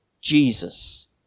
Jesus